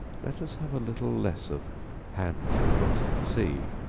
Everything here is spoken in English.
let us have a little less of hands across the sea,